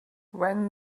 when